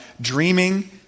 dreaming